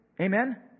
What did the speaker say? Amen